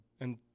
And-